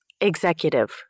Executive